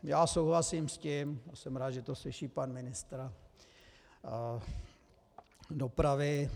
Já souhlasím s tím, a jsem rád, že to slyší pan ministr dopravy.